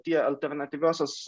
tie alternatyviosios